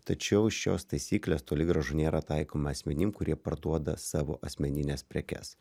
tačiau šios taisyklės toli gražu nėra taikoma asmenim kurie parduoda savo asmenines prekes